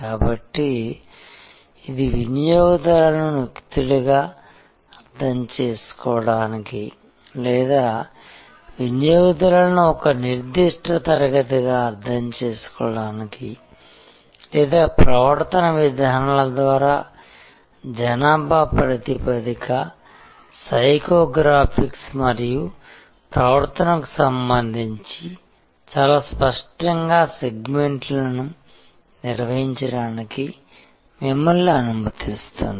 కాబట్టి ఇది వినియోగదారులను వ్యక్తులుగా అర్థం చేసుకోవడానికి లేదా వినియోగదారులను ఒక నిర్దిష్ట తరగతిగా అర్థం చేసుకోవడానికి లేదా ప్రవర్తన విధానాల ద్వారా జనాభా ప్రాతిపదిక సైకోగ్రాఫిక్స్ మరియు ప్రవర్తనకు సంబంధించి చాలా స్పష్టంగా సెగ్మెంట్ను నిర్వచించడానికి మిమ్మల్ని అనుమతిస్తుంది